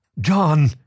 John